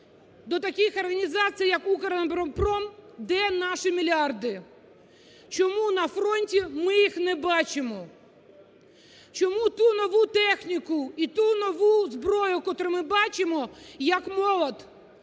до таких організацій, як "Укроборонпром", де наші мільярди? Чому на фронті ми їх не бачимо? Чому ту нову техніку і ту нову зброю, котру ми бачимо, як молот,